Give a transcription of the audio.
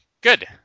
Good